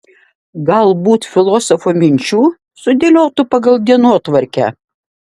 galbūt filosofų minčių sudėliotų pagal dienotvarkę